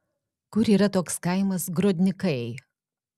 kur yra toks kaimas grodnikai